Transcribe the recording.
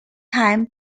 time